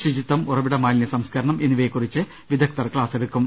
ശുചിത്വം ഉറവിട മാലിന്യ സംസ്കരണം എന്നിവയെകുറിച്ച് വിദഗ്ദ്ധർ ക്ലാസ്സെടുക്കും